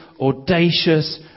audacious